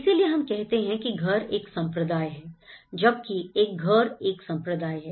इसीलिए हम कहते हैं कि घर एक संप्रदाय है जबकि एक घर एक संप्रदाय है